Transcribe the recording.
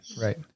right